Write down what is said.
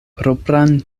propran